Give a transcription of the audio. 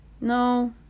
No